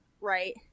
right